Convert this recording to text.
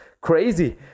Crazy